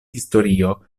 historio